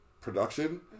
production